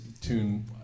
tune